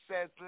says